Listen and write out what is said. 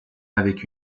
avec